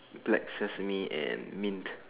black sesame and mint